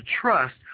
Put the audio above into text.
trust